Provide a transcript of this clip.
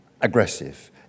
aggressive